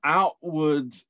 outward